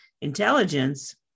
intelligence